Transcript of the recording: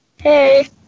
Hey